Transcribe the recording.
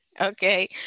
Okay